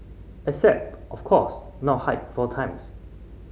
except of course not hike four times